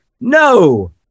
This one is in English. no